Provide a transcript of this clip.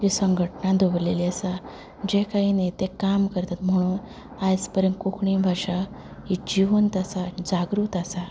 ही संघटना दवरलेली आसा जे कांय नेते काम करता म्हण आयज पर्यंत कोंकणी भाशा ही जिवंत आसा जागृत आसा